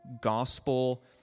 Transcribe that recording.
gospel